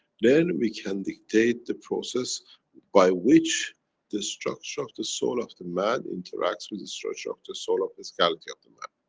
then we can dictate the process by which the structure of the soul of the man interacts with the structure of the soul of physicality of the man.